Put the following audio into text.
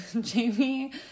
Jamie